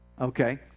Okay